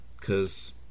cause